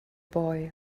boy